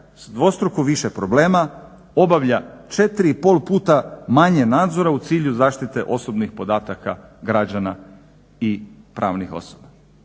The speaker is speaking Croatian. s dvostruko više problema obavlja 4,5% manje nadzora u cilju zaštite osobnih podataka građana i pravnih osoba.